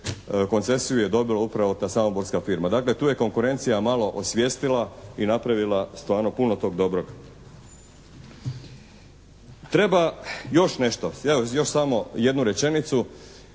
koncesiju je dobila upravo ta samoborska firma. Dakle, tu je konkurencija malo osvijestila i napravila stvarno puno tog dobrog. Treba još nešto. Evo, još samo jednu rečenicu